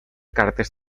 cartes